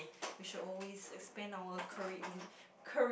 we should always expand our career car~